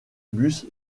bus